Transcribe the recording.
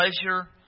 pleasure